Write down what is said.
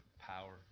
power